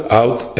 out